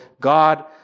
God